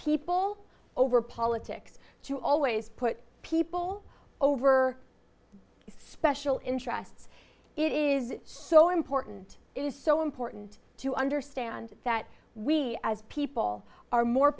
people over politics to always put people over flesh will interests it is so important it is so important to understand that we as people are more